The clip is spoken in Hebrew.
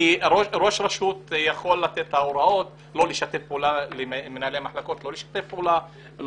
ראש רשות יכול לתת את ההוראות למנהלי המחלקות לא לשתף פעולה עם המבקר,